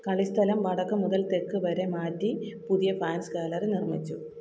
കളിസ്ഥലം വടക്ക് മുതൽ തെക്ക് വരെ മാറ്റി പുതിയ ഫാൻസ് ഗാലറി നിർമ്മിച്ചു